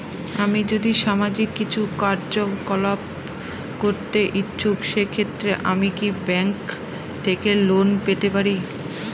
আমি যদি সামাজিক কিছু কার্যকলাপ করতে ইচ্ছুক সেক্ষেত্রে আমি কি ব্যাংক থেকে লোন পেতে পারি?